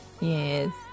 Yes